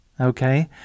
Okay